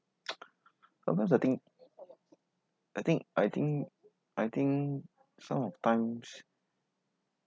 sometimes I think I think I think I think some of times